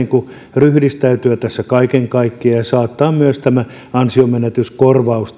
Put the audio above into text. ryhdistäytyä tässä kaiken kaikkiaan ja saattaa myös nimenomaan tämä ansionmenetyskorvaus